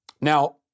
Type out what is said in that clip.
now